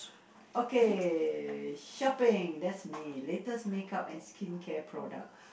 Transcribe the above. okay shopping that's me latest makeup and skincare products